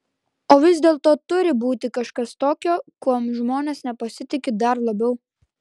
o vis dėlto turi būti kažkas tokio kuom žmonės nepasitiki dar labiau